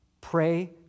Pray